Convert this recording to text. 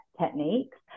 techniques